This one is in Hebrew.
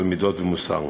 בעל מידות ומוסר.